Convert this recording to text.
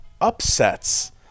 upsets